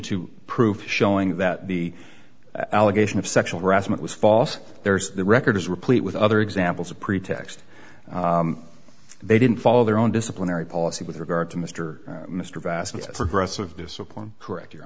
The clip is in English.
to prove showing that the allegation of sexual harassment was false there's the record is replete with other examples of pretext they didn't follow their own disciplinary policy with regard to mr mr bascomb progressive discipline correct your